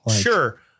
Sure